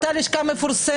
אותה לשכה מפורסמת.